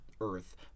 earth